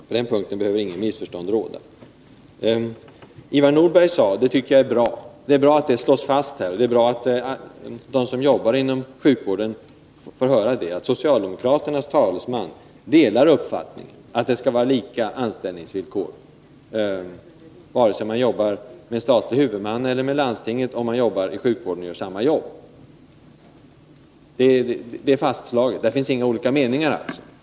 På den punkten behöver inget missförstånd råda. Det är bra att det slås fast här — och att de som arbetar inom sjukvården får höra det — att socialdemokraternas talesman ansluter sig till uppfattningen att oavsett om man är anställd med staten eller landstinget som huvudman skall det vara lika anställningsvillkor för dem som arbetar inom sjukvården och gör samma jobb. Därvidlag finns det alltså inga delade meningar.